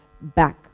back